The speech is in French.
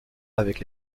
avec